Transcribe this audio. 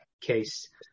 case